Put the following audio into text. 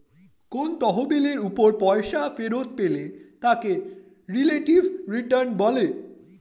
কোন তহবিলের উপর পয়সা ফেরত পেলে তাকে রিলেটিভ রিটার্ন বলে